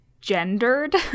gendered